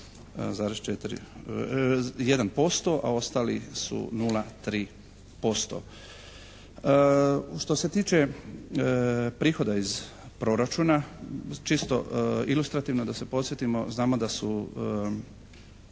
% a ostali su 0,3%. Što se tiče prihoda iz proračuna, čisto ilustrativno da se podsjetimo znamo da su